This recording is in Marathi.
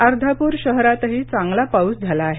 अर्धापूर शहरातही चांगला पाऊस झाला आहे